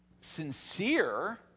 sincere